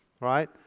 Right